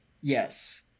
Yes